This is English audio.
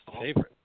favorite